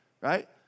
right